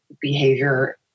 behavior